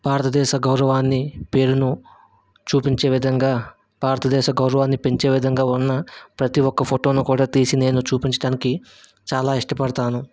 భారతదేశ గౌరవాన్నిపేరును చూపించే విధంగా భారత దేశ గౌరవాన్ని పెంచే విధంగా ఉన్న ప్రతి ఒక్క ఫోటోను కూడా తీసి నేను చూపించడానికి చాలా ఇష్టపడుతాను